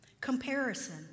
comparison